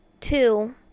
two